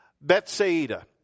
Bethsaida